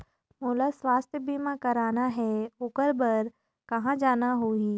मोला स्वास्थ बीमा कराना हे ओकर बार कहा जाना होही?